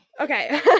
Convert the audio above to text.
Okay